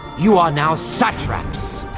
you are now satraps.